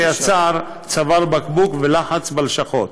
זה יצר צוואר בקבוק ולחץ בלשכות.